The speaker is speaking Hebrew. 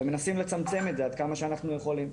ומנסים לצמצם את זה עד כמה שאנחנו יכולים.